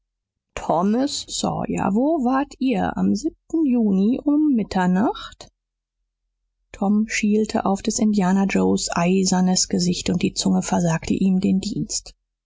thomas sawyer wo wart ihr am juni um mitternacht tom schielte auf des indianer joe eisernes gesicht und die zunge versagte ihm den dienst